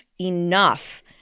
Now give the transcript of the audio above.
enough